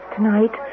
Tonight